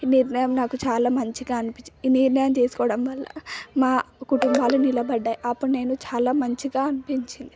ఈ నిర్ణయం నాకు చాలా మంచిగ అనిపించింది ఈ నిర్ణయం తీసుకోవడం వల్ల మా కుటుంబాలు నిలబడినాయి అప్పుడు నేను చాలా మంచిగా అనిపించింది